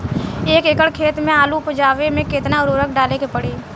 एक एकड़ खेत मे आलू उपजावे मे केतना उर्वरक डाले के पड़ी?